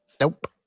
Nope